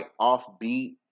offbeat